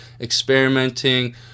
experimenting